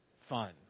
fun